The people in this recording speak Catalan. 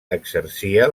exercia